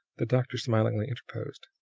the doctor smilingly interposed.